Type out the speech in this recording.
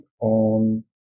on